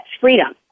freedom